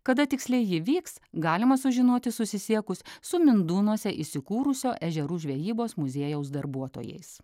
kada tiksliai ji vyks galima sužinoti susisiekus su mindūnuose įsikūrusio ežerų žvejybos muziejaus darbuotojais